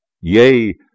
Yea